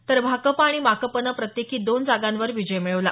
तर भाकप आणि माकपनं प्रत्येकी दोन जागांवर विजय मिळवला